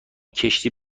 کشتی